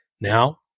Now